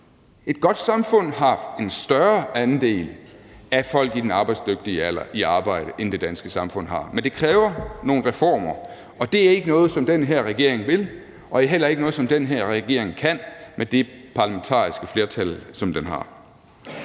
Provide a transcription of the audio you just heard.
Et godt samfund har en større andel af folk i den arbejdsdygtige alder i arbejde, end det danske samfund har, men det kræver nogle reformer, og det er ikke noget, som den her regering vil, og det er heller ikke noget, som den her regering kan med det parlamentariske flertal, som den har.